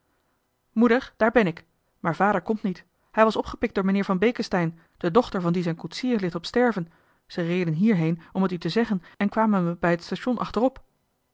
moeder daar ben ik maar vader komt niet hij was opgepikt door meneer van beeckesteyn de dochter van die zijn koetsier ligt op sterven ze reden hier heen om het u te zeggen en kwamen me bij het station achterop